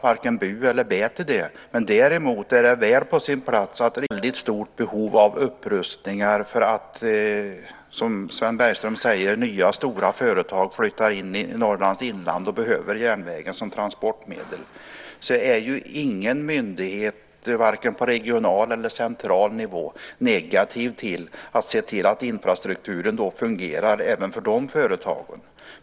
Naturligtvis visar det sig finnas ett väldigt stort behov av upprustningar därför att, som Sven Bergström säger, nya stora företag flyttar till Norrlands inland och behöver järnvägen som transportsätt. Ingen myndighet, vare sig på regional eller på central nivå, är negativ till att se till att infrastrukturen fungerar även för de företagen.